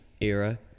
era